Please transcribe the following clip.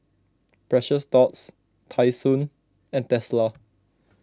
Precious Thots Tai Sun and Tesla